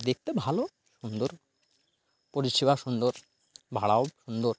দেখতে ভালো সুন্দর পরিষেবা সুন্দর ভাড়াও সুন্দর